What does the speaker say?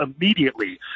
immediately